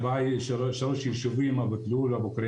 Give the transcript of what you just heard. שלושה